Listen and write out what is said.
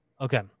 okay